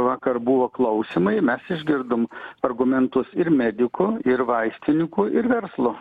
vakar buvo klausymai mes išgirdom argumentus ir medikų ir vaistininkų ir verslo